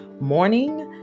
morning